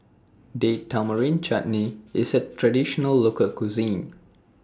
Date Tamarind Chutney IS A Traditional Local Cuisine